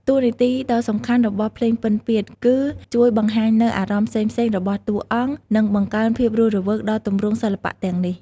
តួនាទីដ៏សំខាន់របស់ភ្លេងពិណពាទ្យគឺជួយបង្ហាញនូវអារម្មណ៍ផ្សេងៗរបស់តួអង្គ និងបង្កើនភាពរស់រវើកដល់ទម្រង់សិល្បៈទាំងនេះ។